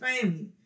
family